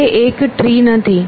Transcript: તે એક ટ્રી નથી